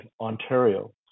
Ontario